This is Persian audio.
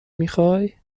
میخوای